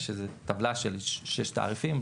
יש איזו טבלה של ששת תעריפים,